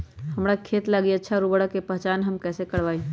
हमार खेत लागी अच्छा उर्वरक के पहचान हम कैसे करवाई?